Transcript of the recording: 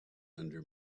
under